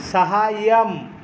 साहाय्यम्